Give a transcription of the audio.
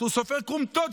הוא סופר כומתות,